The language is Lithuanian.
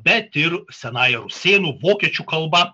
bet ir senąja rusėnų vokiečių kalba